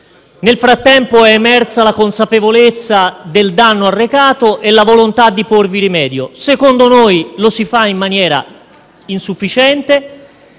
Nel frattempo è emersa la consapevolezza del danno arrecato e la volontà di porvi rimedio. Secondo noi, lo si fa in maniera insufficiente